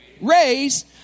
Raise